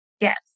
Yes